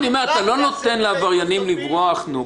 לצערי הרב, גם